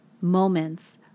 moments